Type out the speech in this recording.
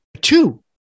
two